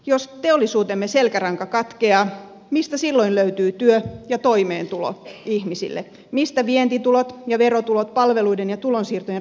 jos teollisuutemme selkäranka katkeaa mistä silloin löytyy työ ja toimeentulo ihmisille mistä vientitulot ja verotulot palveluiden ja tulonsiirtojen rahoittamiseen